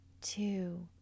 two